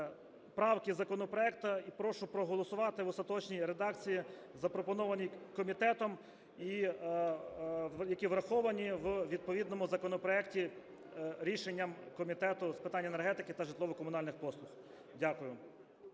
правки законопроекту, і прошу проголосувати в остаточній редакції, запропонованій комітетом, які враховані у відповідному законопроекті рішенням Комітету з питань енергетики та житлово-комунальних послуг. Дякую.